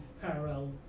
parallel